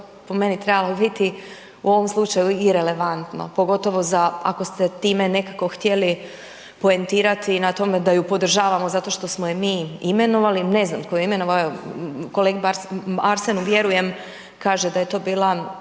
to po meni trebalo biti u ovom slučaju irelevantno pogotovo za ako ste time nekako htjeli poentirati na tome da ju podržavamo zato što smo ju mi imenovali, ne znam tko ju je imenovao, kolegi Arsenu vjerujem, kaže da je to bila